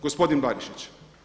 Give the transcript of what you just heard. Gospodin Barišić.